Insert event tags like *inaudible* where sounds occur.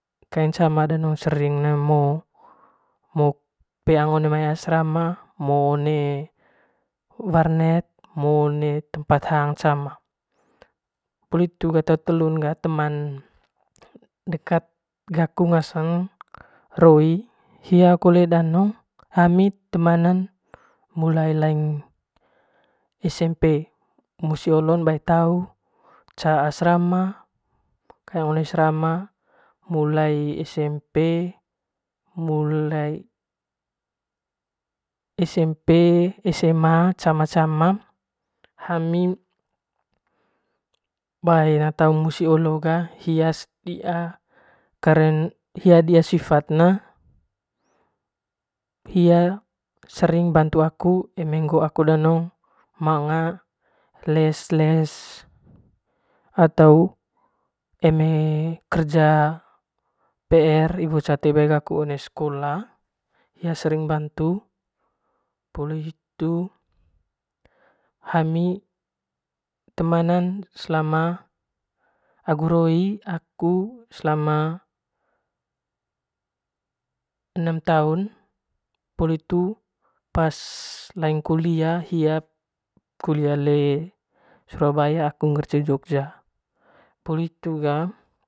Kaeng cama daong sering *unintelligible* peang one mai asrama *unintelligible* one warnet *unintelligible* one tempat hang cama poli hitu ga te telun ga teman dekat gaku ngasang roi hia kole danong hami temanan mulai llaing esempe musi olon bae tau ca asrama kaeng one asrama mulai esempe mulai esempe esema cama cama hami bae taung musi olo ga hia, hia *unintelligible* hia di'ia sifat ne hia sering bantu aku eme ngoo aku danong manga les les atau eme kerja pet iwo ca te bae gaku one sekola hia sering bantu poli hitu hami temanan agu roy aku selama enem taun pas laing kulia hia kulia le surabaya aku cee jogja.